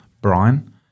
Brian